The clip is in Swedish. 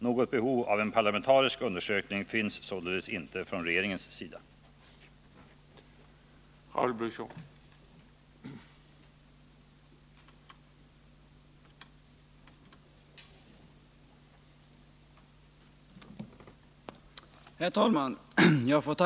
Något behov av en parlamentarisk undersökning finns således inte enligt regeringens uppfattning.